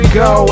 go